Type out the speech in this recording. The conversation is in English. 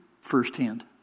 firsthand